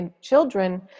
children